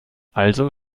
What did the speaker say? also